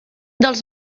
dels